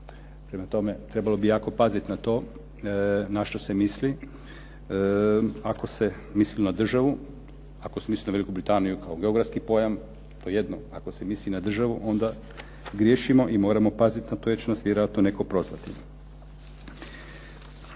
Prema tome, trebalo bi jako pazit na to na što se misli. Ako se misli na državu, ako se misli na Veliku Britaniju kao geografski pojam to je jedno, ako se misli na državu onda griješimo i moramo pazit na to jer će nas vjerojatno netko prozvati.